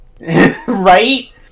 Right